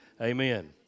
Amen